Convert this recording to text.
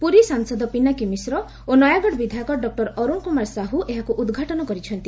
ପୁରୀ ସାଂସଦ ପିନାକୀ ମିଶ୍ର ଓ ନୟାଗଡ଼ ବିଧାୟକ ଡକ୍ଟର ଅରୁଣ କୁମାର ସାହୁ ଏହାକୁ ଉଦ୍ଘାଟନ କରିଛନ୍ତି